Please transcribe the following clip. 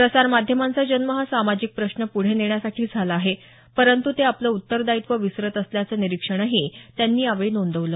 प्रसार माध्यमांचा जन्म हा सामाजिक प्रश्न पुढे नेण्यासाठी झाला आहे परंतु ते आपलं उत्तरदायित्व विसरत असल्याचं निरीक्षणही त्यांनी यावेळी नोंदवलं